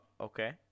Okay